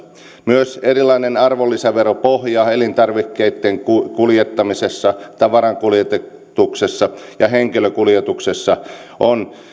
myös erilainen arvonlisäveropohja elintarvikkeitten kuljettamisessa tavarankuljetuksessa ja henkilökuljetuksessa on